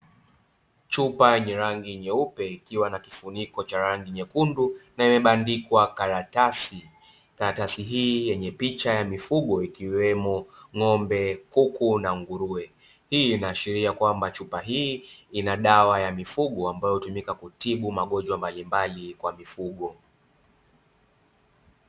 Chupa yenye rangi nyeupe, ikiwa na kifuniko wa rangi nyekundu na imebandikwa karatasi. Karatasi hii yenye picha ya mifugo ikiwemo ng'ombe, kuku na nguruwe. Hii inaashiria kwamba, chupa hii ina dawa ya mifugo ambayo hutumika kutibu magonjwa mbalimbali kwa mifugo.